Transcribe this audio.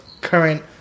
current